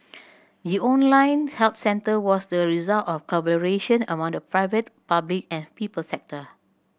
the online help centre was the result of collaboration among the private public and people sector